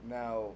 now